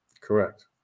Correct